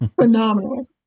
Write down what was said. Phenomenal